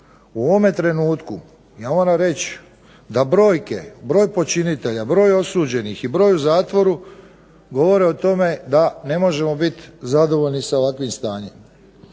U ovome trenutku da brojke, broj počinitelja, broj osuđenih i broj u zatvoru govori o tome da ne možemo biti zadovoljni sa ovakvim stanjem.